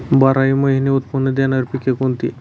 बाराही महिने उत्त्पन्न देणारी पिके कोणती?